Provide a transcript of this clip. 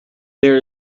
there